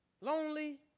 lonely